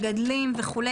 מגדלים וכולי,